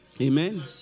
Amen